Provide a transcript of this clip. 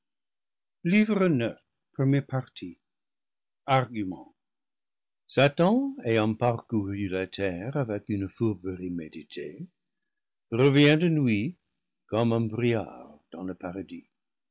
livre neuvième argument satan ayant parcouru la terre avec une fourberie méditée revient de nuit comme un brouillard dans le paradis